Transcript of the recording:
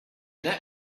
that